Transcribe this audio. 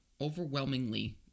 overwhelmingly